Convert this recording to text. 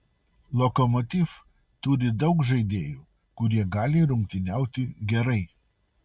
lokomotiv turi daug žaidėjų kurie gali rungtyniauti gerai